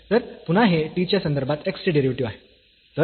तर पुन्हा हे t च्या संदर्भात x चे डेरिव्हेटिव्ह आहे